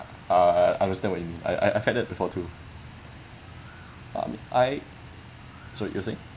uh I understand what you mean I I've had that before too um I sorry you're saying